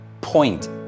point